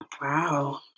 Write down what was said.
Wow